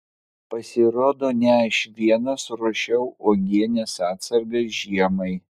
pasirodo ne aš vienas ruošiau uogienės atsargas žiemai